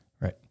Right